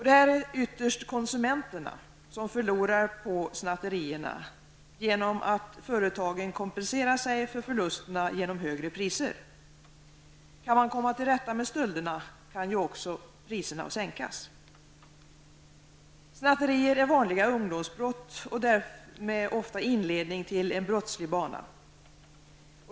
Det är ytterst konsumenterna som förlorar på snatterierna genom att företagen kompenserar sig för förlusterna genom högre priser. Kan man komma till rätta med stölderna, kan också priserna sänkas. Snatterier är vanliga ungdomsbrott och därmed ofta inledning till en brottslig bana.